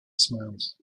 smiles